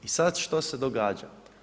I sad što se događa?